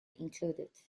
included